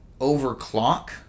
overclock